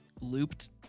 looped